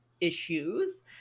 issues